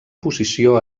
posició